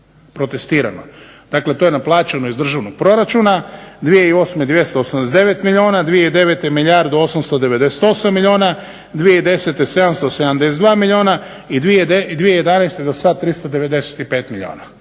Dakle, to je naplaćeno iz državnog proračuna – 2008. 289 milijuna, 2009. milijardu i 898 milijuna, 2010. 772 milijuna i 2011. dosad 395 milijuna.